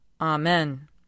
Amen